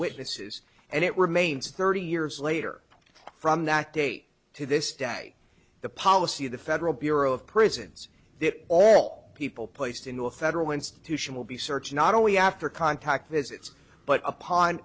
witnesses and it remains thirty years later from that date to this day the policy of the federal bureau of prisons that all people placed in a federal institution will be searched not only after contact visits but upon